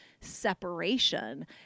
separation